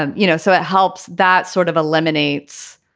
um you know, so it helps. that sort of eliminates,